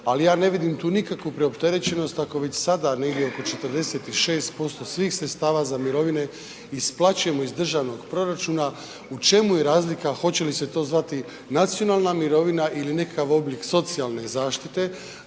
ali ja ne vidim tu nikakvu preopterećenost ako već sada negdje oko 46% svih sredstava za mirovine isplaćujemo iz državnog proračuna, u čemu je razlika hoće li se to zvati nacionalna mirovina ili nekakav oblik socijalne zaštite,